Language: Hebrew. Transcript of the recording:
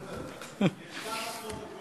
נרשם בפרוטוקול.